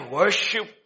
worship